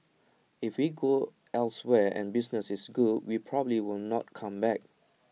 and if we go elsewhere and business is good we probably will not come back